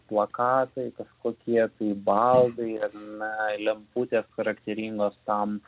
plakatai kažkokie tai baldai ar ne lemputės charakteringos tam